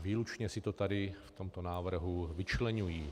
Výlučně si to tady v tomto návrhu vyčleňují.